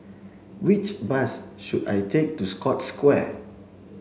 which bus should I take to Scotts Square